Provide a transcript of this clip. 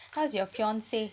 how's your fiance